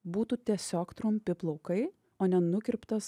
būtų tiesiog trumpi plaukai o ne nukirptas